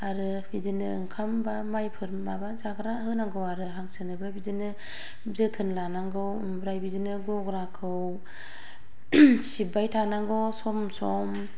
आरो बिदिनो ओंखाम एबा माइफोर माबा जाग्रा होनांगौ आरो हांसोनोबो बिदिनो जोथोन लानांगौ ओमफ्राय बिदिनो गग्राखौ सिबबाय थानांगौ सम सम